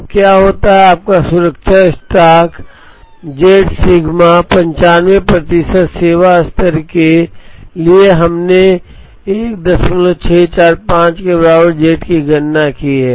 अब क्या होता है आपका सुरक्षा स्टॉक z sigma 95 प्रतिशत सेवा स्तर के लिए हमने 1645 के बराबर z गणना की है